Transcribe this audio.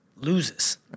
Loses